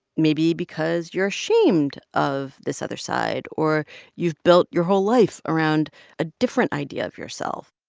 maybe because you're ashamed of this other side or you've built your whole life around a different idea of yourself